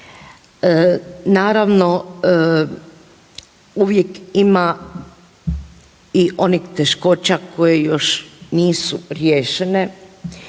Naravno uvijek ima i onih teškoća koje još nisu riješene